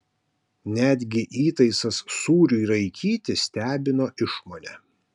netgi įtaisas sūriui raikyti stebino išmone